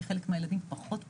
כי חלק מהילדים פחות פונים,